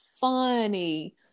funny